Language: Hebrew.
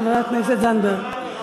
חברת הכנסת זנדברג.